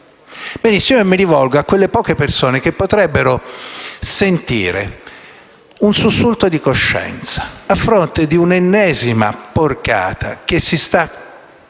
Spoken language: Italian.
*jobs act*. Mi rivolgo a quelle poche persone che potrebbero sentire un sussulto di coscienza a fronte di un'ennesima porcata che